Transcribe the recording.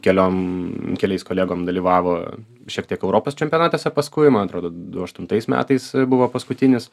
keliom keliais kolegom dalyvavo šiek tiek europos čempionatuose paskui man atrodo du aštuntais metais buvo paskutinis